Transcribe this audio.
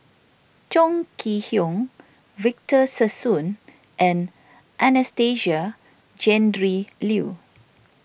Chong Kee Hiong Victor Sassoon and Anastasia Tjendri Liew